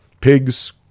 Pigs